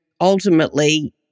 ultimately